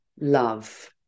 love